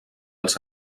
als